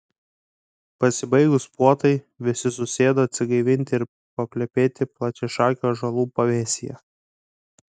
pasibaigus puotai visi susėdo atsigaivinti ir paplepėti plačiašakių ąžuolų pavėsyje